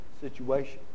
situation